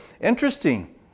Interesting